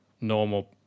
normal